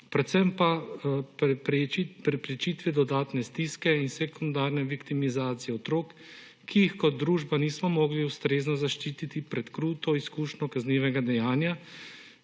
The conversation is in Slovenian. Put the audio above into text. predvsem pa preprečitve dodatne stiske in sekundarne viktimizacije otrok, ki jih kot družba nismo mogli ustrezno zaščititi pred kruto izkušnjo kaznivega dejanja,